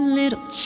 little